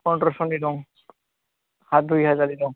पन्द्र'स'नि दं आरो दुइ हाजारनि दं